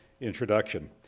introduction